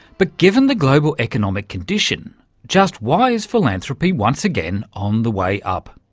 but given the global economic condition, just why is philanthropy once again on the way up?